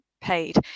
paid